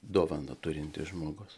dovaną turintis žmogus